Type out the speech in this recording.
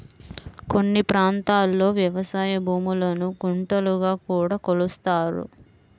కొన్ని ప్రాంతాల్లో వ్యవసాయ భూములను గుంటలుగా కూడా కొలుస్తారు